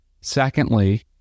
Secondly